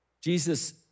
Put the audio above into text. Jesus